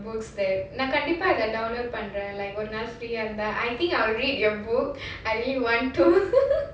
books there நா கண்டிப்பா இத:naa kandippaa itha download பண்றேன் ஒரு நாள்:pandren oru naal free ah இருந்தாirundhaa I think I'll read your book I really want to